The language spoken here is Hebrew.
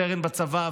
סרן בצבא,